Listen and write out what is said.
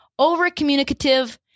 overcommunicative